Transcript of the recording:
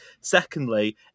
Secondly